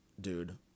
dude